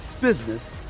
business